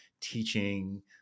teaching